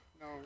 no